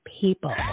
People